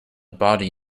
body